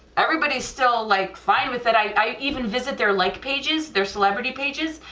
everybody is still like fine with that, i even visit their like pages, their celebrity pages,